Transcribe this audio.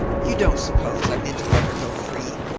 you don't suppose i meant to let her go free,